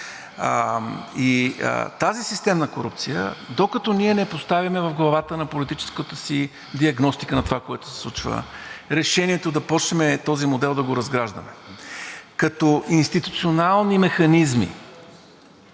и тази системна корупция, докато ние не поставим в главата на политическата си диагностика на това, което се случва, решението да започнем този модел да го разграждаме като институционални механизми,